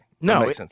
No